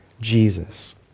Jesus